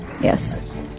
Yes